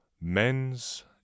Mens